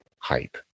hype